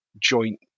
joint